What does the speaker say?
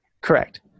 Correct